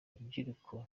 rubyiruko